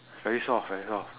very soft very soft